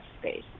space